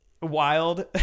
wild